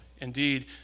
Indeed